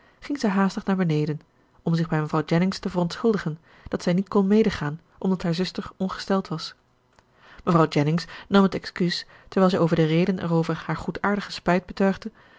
ging zij haastig naar beneden om zich bij mevrouw jennings te verontschuldigen dat zij niet kon medegaan omdat haar zuster ongesteld was mevrouw jennings nam het excuus terwijl zij over de reden ervoor haar goedhartige spijt